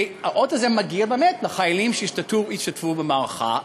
והאות הזה מגיע באמת לחיילים שהשתתפו במערכה,